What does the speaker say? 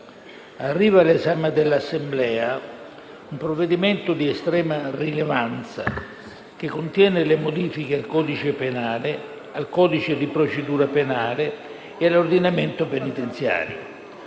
arriva all'esame dell'Assemblea un provvedimento di estrema rilevanza, che contiene le modifiche al codice penale, al codice di procedura penale e all'ordinamento penitenziario;